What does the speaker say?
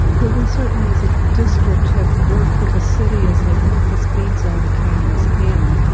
but we certainly as a district i worked with the city as they put the speed zone cameras and,